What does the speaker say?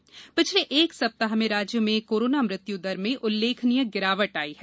corona मृत्यु दर पिछले एक सप्ताह में राज्य में कोरोना मृत्यु दर में उल्लेखनीय गिरावट आई है